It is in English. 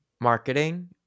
marketing